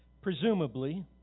Presumably